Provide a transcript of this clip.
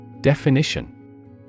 Definition